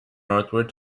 northward